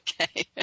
Okay